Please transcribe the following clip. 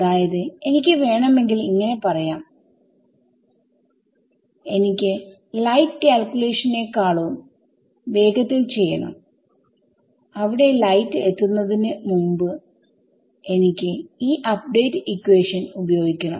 അതായത് എനിക്ക് വേണമെങ്കിൽ ഇങ്ങനെ പറയാം എനിക്ക് ലൈറ്റ് കാൽക്യൂലേഷനെക്കാളുംവേഗത്തിൽ ചെയ്യണം അവിടെ ലൈറ്റ് എത്തുന്നതിനു മുമ്പ് എനിക്ക് ഈ അപ്ഡേറ്റ് ഇക്വേഷൻ ഉപയോഗിക്കണം